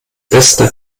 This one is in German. bester